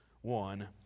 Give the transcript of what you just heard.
one